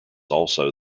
also